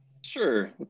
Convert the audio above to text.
Sure